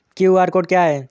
QR code क्या है?